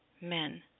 Men